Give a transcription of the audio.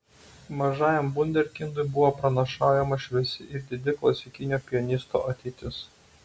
mažajam vunderkindui buvo pranašaujama šviesi ir didi klasikinio pianisto ateitis